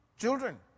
children